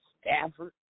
Stafford